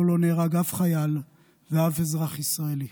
ובו לא נהרג אף חייל ואף אזרח ישראלי.